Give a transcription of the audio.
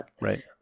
Right